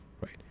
Right